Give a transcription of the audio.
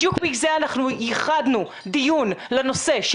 בדיוק מזה אנחנו ייחדנו דיון לנושא של